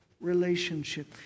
relationship